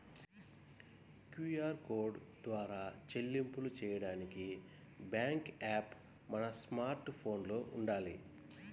QR code ద్వారా చెల్లింపులు చెయ్యడానికి బ్యేంకు యాప్ మన స్మార్ట్ ఫోన్లో వుండాలి